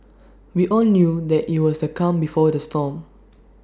we all knew that IT was the calm before the storm